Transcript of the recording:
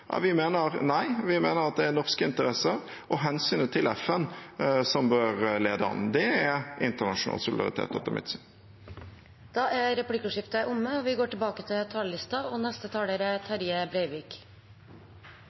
Vi mener nei. Vi mener at det er norske interesser og hensynet til FN som bør lede an. Det er internasjonal solidaritet, etter mitt syn. Replikkordskiftet er omme. 2020 har vore eit krevjande og spesielt år, ikkje berre når det gjeld smitte og